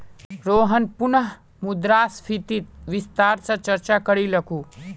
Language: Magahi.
रोहन पुनः मुद्रास्फीतित विस्तार स चर्चा करीलकू